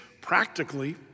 practically